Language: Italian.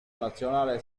nazionale